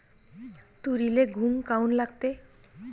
तुरीले घुंग काऊन लागते?